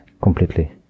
completely